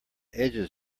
edges